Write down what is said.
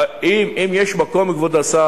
אני לא חושב שזה יזיק למישהו,